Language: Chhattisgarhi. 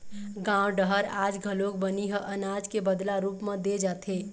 गाँव डहर आज घलोक बनी ह अनाज के बदला रूप म दे जाथे